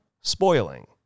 spoiling